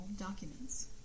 documents